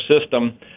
system